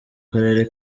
karere